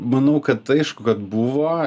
manau kad aišku kad buvo